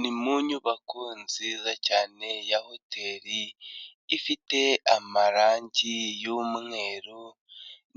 Ni mu nyubako nziza cyane ya hoteri, ifite amarangi yumweru,